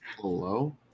Hello